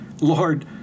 Lord